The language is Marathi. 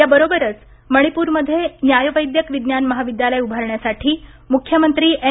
याबरोबरच मणिपूरमध्ये न्यायवैद्यक विज्ञान महाविद्यालय उभारण्यासाठी मुख्यमंत्री एन